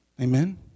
Amen